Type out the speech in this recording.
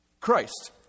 Christ